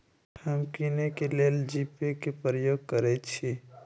हम किने के लेल जीपे कें प्रयोग करइ छी